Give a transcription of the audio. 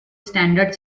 standard